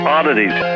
Oddities